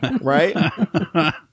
Right